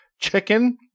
chicken